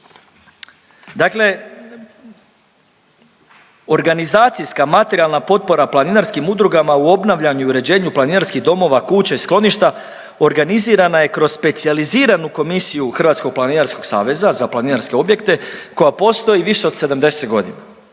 Dakle, organizacijska, materijalna potpora planinarskim udrugama u obnavljanju i uređenju planinarskih domova, kuća i skloništa organizirana je kroz specijaliziranu komisiju Hrvatskog planinarskog saveza za planinarske objekte koja postoji više od 70 godina.